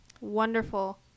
wonderful